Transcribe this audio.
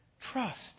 Trust